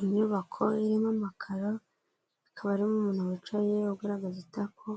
Inyubako irimo amakara ikaba harimo umuntu wicaye ugaragaza itako,